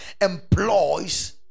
employs